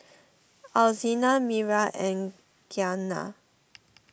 Alzina Miriah and Giana